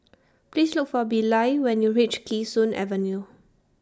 Please Look For Bilal when YOU REACH Kee Sun Avenue